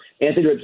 Anthony